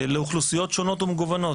לאוכלוסיות שונות ומגוונות,